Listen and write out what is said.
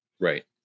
right